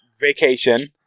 vacation